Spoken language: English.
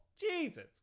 Jesus